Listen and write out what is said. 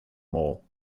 mall